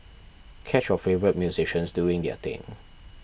catch your favourites musicians doing their thing